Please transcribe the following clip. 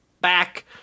back